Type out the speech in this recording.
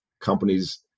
companies